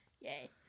Yay